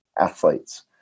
athletes